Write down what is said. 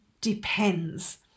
depends